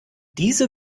diese